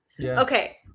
Okay